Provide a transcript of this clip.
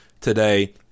today